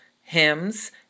hymns